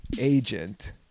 agent